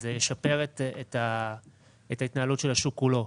זה ישפר את ההתנהלות של השוק כולו.